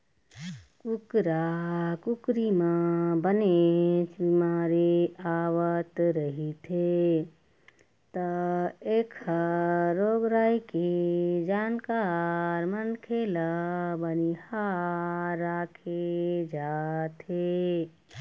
कुकरा कुकरी म बनेच बिमारी आवत रहिथे त एखर रोग राई के जानकार मनखे ल बनिहार राखे जाथे